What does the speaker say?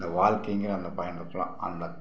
அந்த வாழ்க்கைங்கிற அந்த பயணத்துலாம் அந்த